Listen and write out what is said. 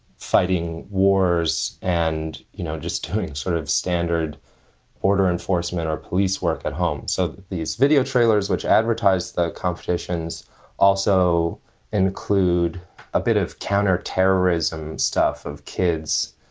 fighting wars and, you know, just sort of standard order enforcement or police work at home so these video trailers which advertise the competitions also include a bit of counter terrorism stuff of kids,